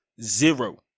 Zero